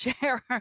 share